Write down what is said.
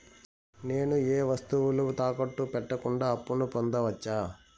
నేను ఏ వస్తువులు తాకట్టు పెట్టకుండా అప్పును పొందవచ్చా?